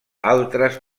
altres